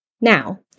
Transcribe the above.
Now